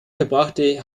verbrachte